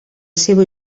seva